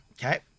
Okay